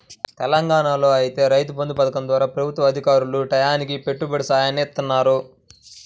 తెలంగాణాలో ఐతే రైతు బంధు పథకం ద్వారా ప్రభుత్వ అధికారులు టైయ్యానికి పెట్టుబడి సాయాన్ని ఇత్తన్నారు